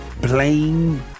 Blame